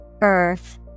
Earth